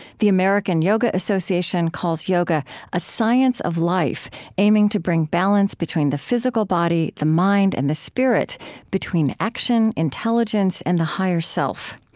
the american yoga association calls yoga a science of life aiming to bring balance between the physical body, the mind, and the spirit between action, intelligence, and the higher self.